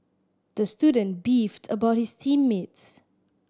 the student beefed about his team mates